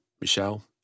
Michelle